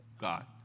God